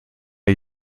are